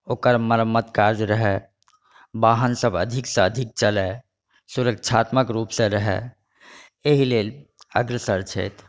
ओकर मरम्मत काज रहए वाहनसभ अधिकसँ अधिक चलए सुरक्षात्मक रूपसँ रहए एहि लेल अग्रसर छथि